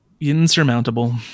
insurmountable